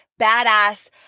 badass